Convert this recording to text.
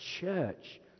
church